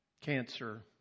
cancer